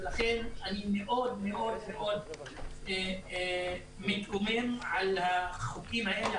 ולכן אני מאוד מאוד מאוד מתקומם על החוקים האלה,